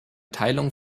teilung